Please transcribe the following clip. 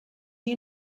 you